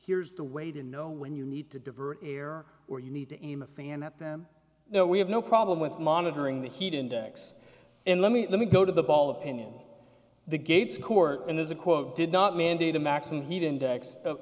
here's the way to know when you need to divert error or you need to aim a fan at them though we have no problem with monitoring the heat index and let me let me go to the ball opinion the gates court and there's a quote did not mandate a maximum heat index of